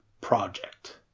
project